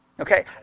Okay